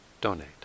donate